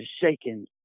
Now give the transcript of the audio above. shaking